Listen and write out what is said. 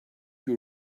you